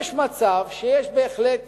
יש מצב שיש בהחלט